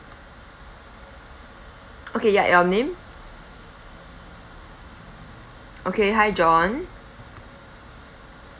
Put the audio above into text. okay ya your name okay hi john